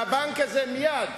והבנק הזה מייד